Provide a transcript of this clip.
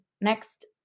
next